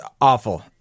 awful